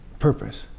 purpose